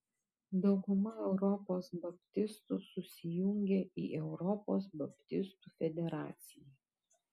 dauguma europos baptistų susijungę į europos baptistų federaciją